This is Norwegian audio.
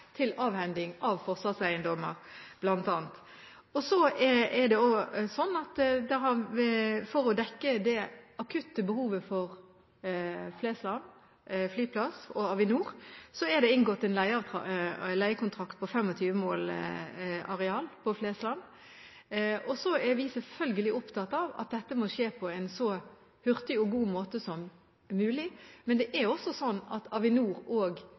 til avhending av bl.a. forsvarseiendommer. Det er også sånn at for å dekke det akutte behovet for Flesland flyplass og Avinor er det inngått en leiekontrakt på 25 mål areal på Flesland. Så er vi selvfølgelig opptatt av at dette må skje på en så hurtig og en så god måte som mulig, men det er også sånn at Avinor og